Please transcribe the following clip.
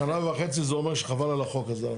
שנה וחצי זה אומר שחבל על החוק הזה.